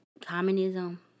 communism